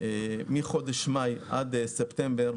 מחודש מאי ועד ספטמבר,